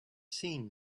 seen